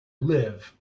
live